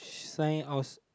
sign outs~